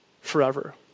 forever